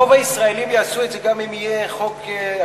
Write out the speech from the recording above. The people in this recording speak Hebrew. רוב הישראלים יעשו את זה גם אם החוק ישתנה,